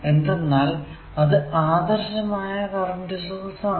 എന്തെന്നാൽ അത് ആദർശമായ കറന്റ് സോഴ്സ് ആണ്